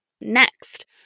Next